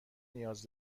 نیاز